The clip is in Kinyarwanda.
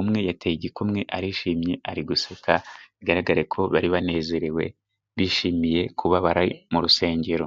,umwe yateye igikumwe arishimye ari guseka bigaragara ko bari banezerewe bishimiye kuba bari mu rusengero.